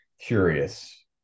curious